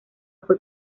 fue